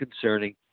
concerning